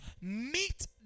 meet